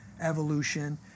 evolution